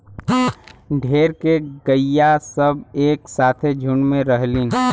ढेर के गइया सब एक साथे झुण्ड में रहलीन